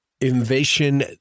invasion